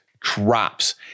drops